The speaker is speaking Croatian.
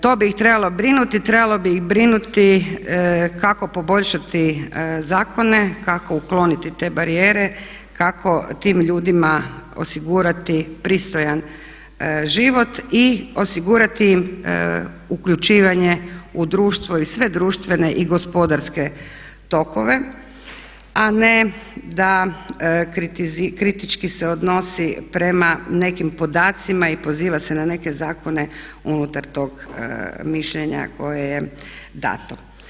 To bi ih trebalo brinuti, trebalo bi ih brinuti kako poboljšati zakone kako ukloniti te barijere, kako tim ljudima osigurati pristojan život i osigurati im uključivanje u društvo i sve društvene i gospodarske tokove a ne da kritički se odnosi prema nekim podacima i poziva se na neke zakone unutar tog mišljenja koje je dano.